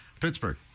Pittsburgh